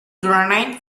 granite